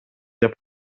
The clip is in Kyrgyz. деп